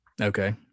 Okay